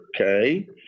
okay